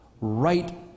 Right